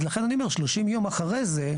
לכן אני אומר 30 יום אחרי זה.